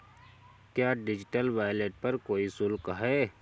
क्या digital wallet पर कोई शुल्क है?